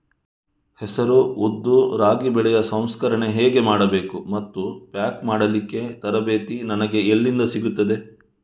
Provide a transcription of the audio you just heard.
ಹೆಸರು, ಉದ್ದು, ರಾಗಿ ಬೆಳೆಯ ಸಂಸ್ಕರಣೆ ಹೇಗೆ ಮಾಡಬೇಕು ಮತ್ತು ಪ್ಯಾಕ್ ಮಾಡಲಿಕ್ಕೆ ತರಬೇತಿ ನನಗೆ ಎಲ್ಲಿಂದ ಸಿಗುತ್ತದೆ?